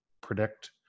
predict